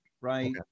Right